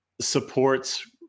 supports